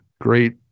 great